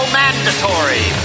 mandatory